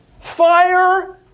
fire